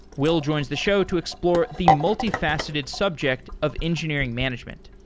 will joins the show to explore the multi-faceted subject of engineering management.